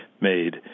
made